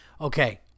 Okay